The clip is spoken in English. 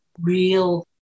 real